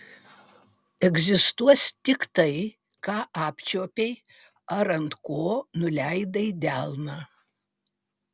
egzistuos tik tai ką apčiuopei ar ant ko nuleidai delną